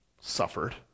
suffered